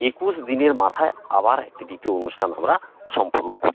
একুশ দিনের মাথায় আবার একটি দ্বিতীয় অনুষ্ঠান আমরা সম্পন্ন করি